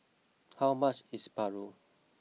how much is Paru